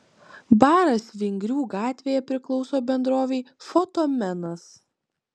baras vingrių gatvėje priklauso bendrovei fotomenas